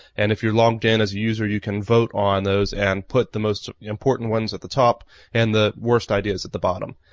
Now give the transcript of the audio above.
and if you're logged in as a user you can vote on those and put the most important ones at the top and the worst ideas at the bottom.